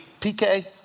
PK